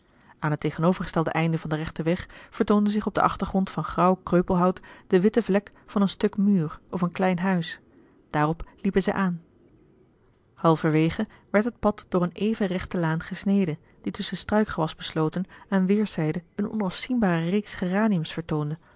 aan het tegenovergestelde einde van den rechten weg vertoonde zich op den achtergrond van grauw kreupelhout de witte vlek van een stuk muur of een klein huis daarop liepen zij aan halverwege werd het pad door een even rechte laan gesneden die tusschen struikgewas besloten aan weerszijden een onafzienbare reeks geraniums vertoonde